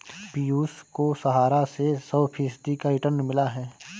पियूष को सहारा से सौ फीसद का रिटर्न मिला है